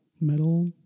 Metal